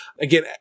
Again